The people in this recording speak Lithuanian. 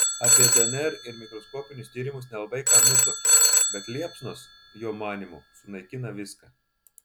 apie dnr ir mikroskopinius tyrimus nelabai ką nutuokė bet liepsnos jo manymu sunaikina viską